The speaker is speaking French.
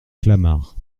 clamart